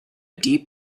deep